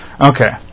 Okay